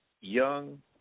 young